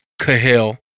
cahill